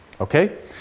Okay